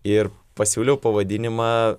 ir pasiūliau pavadinimą